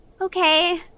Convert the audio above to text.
Okay